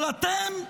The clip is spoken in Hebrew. אבל אתם,